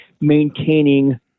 maintaining